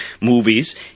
movies